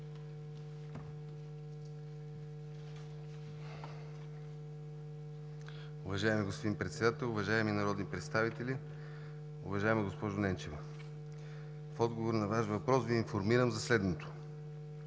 Уважаеми господин Председател, уважаеми народни представители! Уважаема госпожо Ненчева, в отговор на Ваш въпрос Ви информирам за следното.